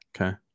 Okay